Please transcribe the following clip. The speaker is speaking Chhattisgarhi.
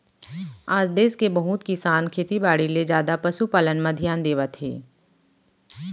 आज देस के बहुत किसान खेती बाड़ी ले जादा पसु पालन म धियान देवत हें